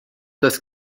das